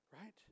right